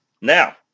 Now